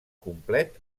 complet